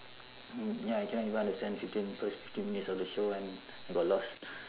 ya I cannot even understand fifteen first fifteen minutes of the show and I got lost